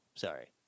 sorry